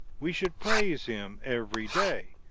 we should praise him every day.